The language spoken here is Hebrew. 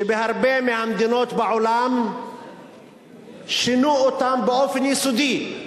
שבהרבה מהמדינות בעולם שינו אותם באופן יסודי.